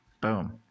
Boom